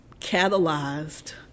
catalyzed